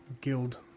guild